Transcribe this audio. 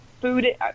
food